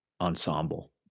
ensemble